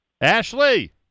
Ashley